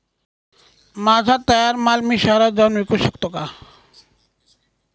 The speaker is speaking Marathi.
माझा तयार माल मी शहरात जाऊन विकू शकतो का?